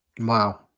Wow